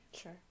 Sure